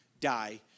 die